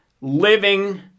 living